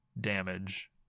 damage